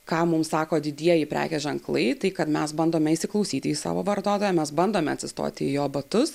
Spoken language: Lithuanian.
ką mums sako didieji prekės ženklai tai kad mes bandome įsiklausyti į savo vartotoją mes bandome atsistoti į jo batus